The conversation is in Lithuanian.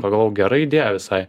pagalvojau gera idėja visai